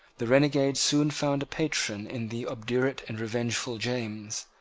the renegade soon found a patron in the obdurate and revengeful james,